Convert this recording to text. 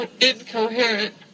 incoherent